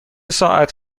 ساعت